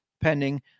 pending